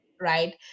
right